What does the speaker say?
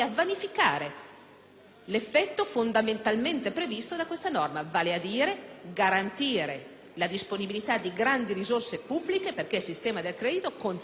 l'effetto fondamentalmente previsto da questa norma, vale a dire garantire la disponibilità di grandi risorse pubbliche perché il sistema del credito continuasse ad